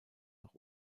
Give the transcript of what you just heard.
noch